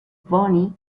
bunny